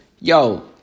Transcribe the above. yo